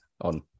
on